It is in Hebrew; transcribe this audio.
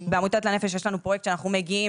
בעמותת לנפ"ש יש לנו פרויקט שאנחנו מגיעים,